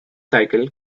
cycle